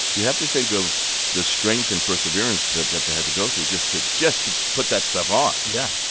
you have to think of the strength and perseverance that that they had to go through just to just to put that stuff on yeah,